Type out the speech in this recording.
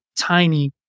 tiny